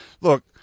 look